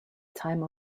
time